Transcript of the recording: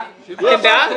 אתם בעד?